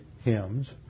hymns